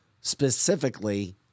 specifically